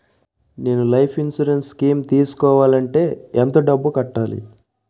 నేను life insurance scheme తీసుకోవాలంటే ఎంత డబ్బు కట్టాలి?